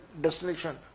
destination